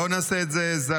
בואו נעשה את זה זריז,